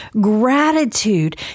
Gratitude